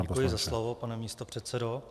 Děkuji za slovo, pane místopředsedo.